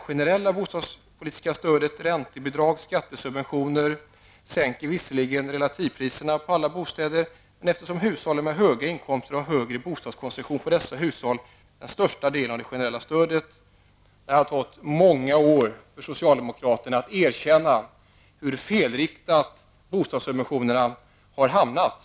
Det generella bostadspolitiska stödet, räntebidrag och skattesubventioner, sänker visserligen relativpriserna på alla bostäder, men eftersom hushåll med höga inkomster har en högre bostadskonsumtion får dessa hushåll en större andel av det generella stödet än andra hushåll.'' Det har tagit många år för socialdemokraterna att erkänna hur felinriktade bostadssubventionerna har varit.